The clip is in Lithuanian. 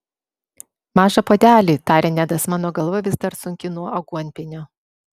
mažą puodelį tarė nedas mano galva vis dar sunki nuo aguonpienio